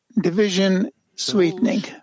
Division-sweetening